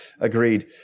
Agreed